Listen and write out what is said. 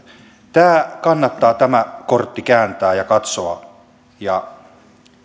tämä kortti kannattaa kääntää ja katsoa